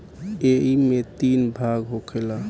ऐइमे तीन भाग होखेला